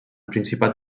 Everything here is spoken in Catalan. principat